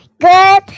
good